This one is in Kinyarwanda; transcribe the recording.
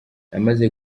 yamaze